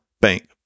bank